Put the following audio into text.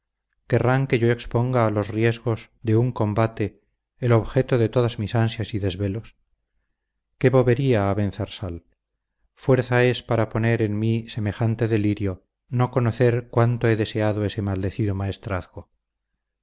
querrán que yo exponga a los riesgos de un combate el objeto de todas mis ansias y desvelos qué bobería abenzarsal fuerza es para suponer en mí semejante delirio no conocer cuánto he deseado ese maldecido maestrazgo